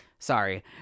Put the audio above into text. Sorry